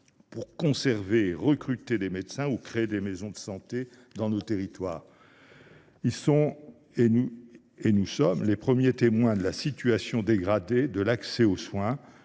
pour conserver ou recruter des médecins et créer des maisons de santé dans leurs territoires. Ils sont les premiers témoins de la situation dégradée de l’accès aux soins,